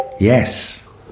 yes